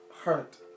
hurt